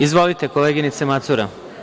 Izvolite, koleginice Macura.